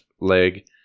leg